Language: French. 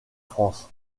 france